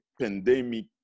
pandemic